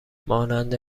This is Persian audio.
مانند